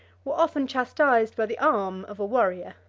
were often chastised by the arm of a warrior.